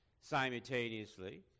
simultaneously